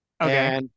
Okay